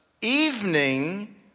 evening